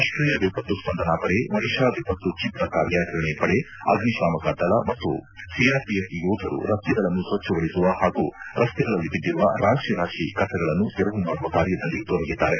ರಾಷ್ಟೀಯ ವಿಪತ್ತು ಸ್ಪಂದನಾ ಪದೆ ಒಡಿಶಾ ವಿಪತ್ತು ಕ್ಷಿಪ್ರ ಕಾರ್ಯಾಚರಣೆ ಪಡೆ ಅಗ್ನಿಶಾಮಕ ದಳ ಮತ್ತು ಸಿಆರ್ಪಿಎಫ್ ಯೋಧರು ರಸ್ತೆಗಳನ್ನು ಸ್ವಚ್ಚಗೊಳಿಸುವ ಹಾಗೂ ರಸ್ತೆಗಳಲ್ಲಿ ಬಿದ್ದಿರುವ ರಾಶಿ ರಾಶಿ ಕಸಗಳನ್ನು ತೆರವು ಮಾಡುವ ಕಾರ್ಯದಲ್ಲಿ ತೊಡಗಿದ್ದಾರೆ